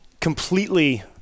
completely